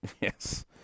Yes